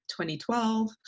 2012